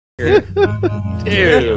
Dude